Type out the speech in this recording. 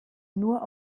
nur